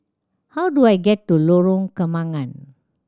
how do I get to Lorong Kembagan